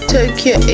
Tokyo